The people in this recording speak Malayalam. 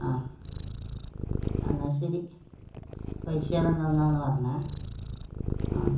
ആ എന്നാൽ ശരി പൈസ ഞാൻ തന്നെന്ന് പറഞ്ഞേ ആ